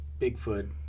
Bigfoot